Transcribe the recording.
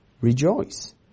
rejoice